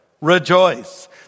Rejoice